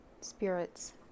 spirits